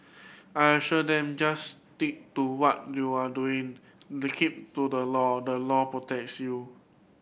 I assured them just stick to what you are doing the keep to the law the law protects you